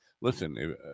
listen